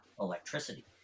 electricity